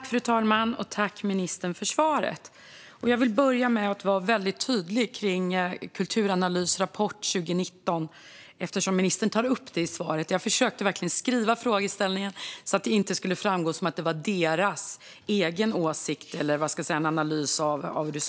Fru talman! Jag vill börja med att vara väldigt tydlig med Kulturanalys rapport 2019 eftersom ministern tar upp den i svaret. Jag försökte verkligen formulera min fråga så att det inte skulle framstå som om det var myndighetens egen åsikt eller analys av läget.